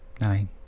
Nine